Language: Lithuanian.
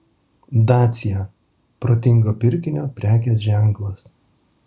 dacia protingo pirkinio prekės ženklas